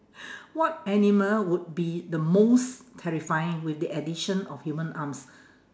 what animal would be the most terrifying with the addition of human arms